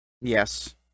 Yes